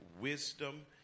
wisdom